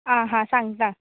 आं हां सांगता